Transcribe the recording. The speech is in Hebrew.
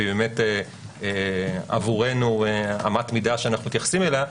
והיא באמת עבורנו אמת מידה שאנחנו מתייחסים אליה,